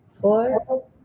four